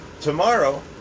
Tomorrow